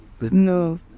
No